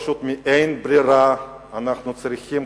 פשוט מאין ברירה אנחנו צריכים,